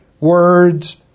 Words